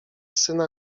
syna